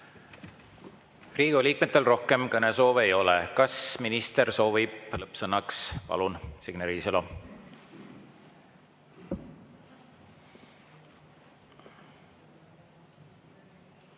Riigikogu liikmetel rohkem kõnesoove ei ole. Kas minister soovib lõppsõna? Palun, Signe Riisalo!